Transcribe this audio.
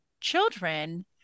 children